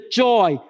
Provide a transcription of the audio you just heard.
joy